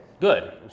good